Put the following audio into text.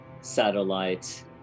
satellites